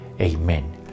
Amen